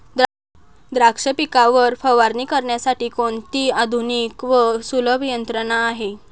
द्राक्ष पिकावर फवारणी करण्यासाठी कोणती आधुनिक व सुलभ यंत्रणा आहे?